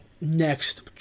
next